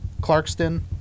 Clarkston